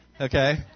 Okay